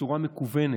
בצורה מקוונת.